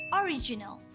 original